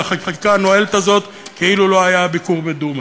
ואל החקיקה הנואלת הזאת כאילו לא היה הביקור בדומא.